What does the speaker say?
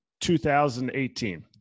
2018